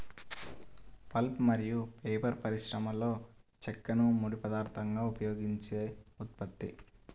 pulp మరియు paper పరిశ్రమలోచెక్కను ముడి పదార్థంగా ఉపయోగించే ఉత్పత్తి